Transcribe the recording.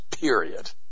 period